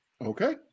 Okay